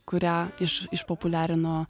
kurią iš išpopuliarino